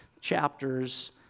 chapters